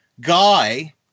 guy